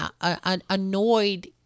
annoyed